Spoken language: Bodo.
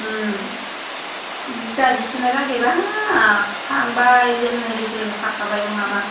ओम जोंहानि फिसाला गागेबा थांबाय रिजाल्ट होनाय लोगो लोगो खारखाबाय महाबा